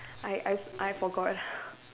I I I forgot